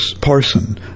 parson